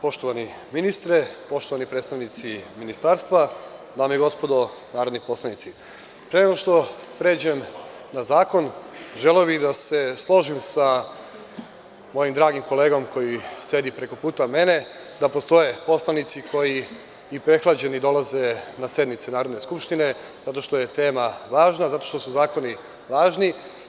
Poštovani ministre, poštovani predstavnici Ministarstva, dame i gospodo narodni poslanici, pre nego što pređemo na zakon želeo bih da se složim sa mojim dragim kolegom koji sedi preko puta mene, da postoje poslanici koji prehlađeni dolaze na sednice Narodne skupštine zato što je tema važna, zato što su zakoni važni.